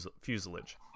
fuselage